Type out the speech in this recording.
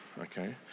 okay